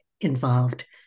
involved